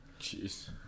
Jeez